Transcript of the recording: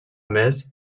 més